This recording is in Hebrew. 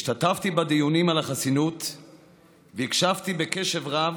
השתתפתי בדיונים על החסינות והקשבתי בקשב רב.